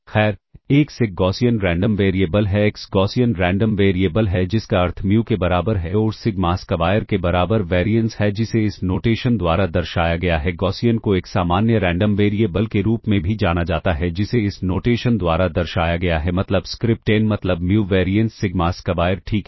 खैर X एक Gaussian random variable है X गॉसियन रैंडम वेरिएबल है जिसका अर्थ म्यू के बराबर है और सिग्मा स्क्वायर के बराबर वैरिएंस है जिसे इस नोटेशन द्वारा दर्शाया गया है गॉसियन को एक सामान्य रैंडम वेरिएबल के रूप में भी जाना जाता है जिसे इस नोटेशन द्वारा दर्शाया गया है मतलब स्क्रिप्ट n मतलब म्यू वैरिएंस सिग्मा स्क्वायर ठीक है